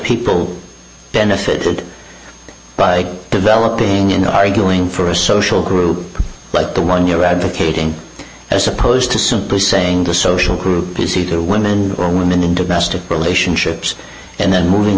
people benefited by developing in arguing for a social group like the one you're advocating as opposed to simply saying the social group is either women or women in domestic relationships and then moving